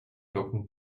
talking